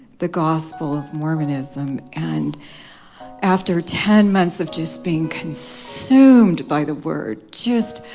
the gospel of mormonism and after ten months of just being consumed, by the word just